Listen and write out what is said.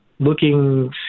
looking